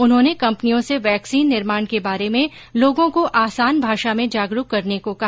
उन्होंने कम्पनियों से वैक्सिन निर्माण के बारे में लोगों को आसान भाषा में जागरूक करने को कहा